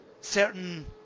certain